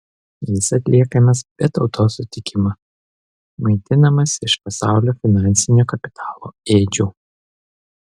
jis atliekamas be tautos sutikimo maitinamas iš pasaulio finansinio kapitalo ėdžių